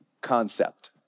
concept